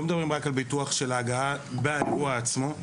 מדברים רק על ביטוח ההגעה באירוע עצמו.